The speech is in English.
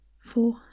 four